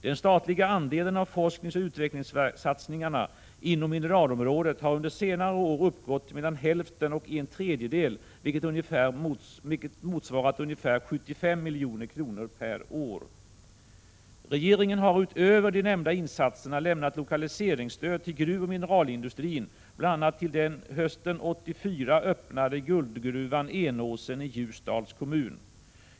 Den statliga andelen av forskningsoch utvecklingssatsningarna inom mineralområdet har under senare år uppgått till mellan hälften och en tredjedel, vilket motsvarat ungefär 75 milj.kr. per år. Regeringen har utöver de nämnda insatserna lämnat lokaliseringsstöd till gruvoch mineralindustrin, bl.a. till den hösten 1984 öppnade guldgruvan Enåsen i Ljusdals kommun.